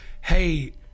hey